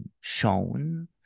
shown